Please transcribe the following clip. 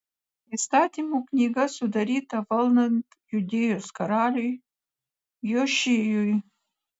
įstatymų knyga sudaryta valdant judėjos karaliui jošijui